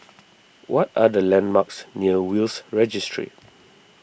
what are the landmarks near Will's Registry